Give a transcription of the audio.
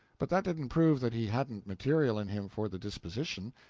but that didn't prove that he hadn't material in him for the disposition,